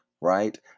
right